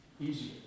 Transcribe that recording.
easier